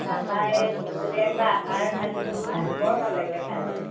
তাপা এ ভোট জলকীয়া কিবা আচাৰ খাইছিলোঁ নহয় বৰ ভাল লাগিল খাই পেনি